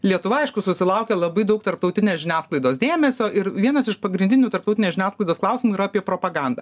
lietuva aišku susilaukia labai daug tarptautinės žiniasklaidos dėmesio ir vienas iš pagrindinių tarptautinės žiniasklaidos klausimų yra apie propagandą